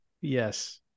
Yes